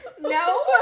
No